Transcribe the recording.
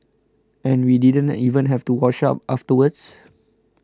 and we didn't even have to wash up afterwards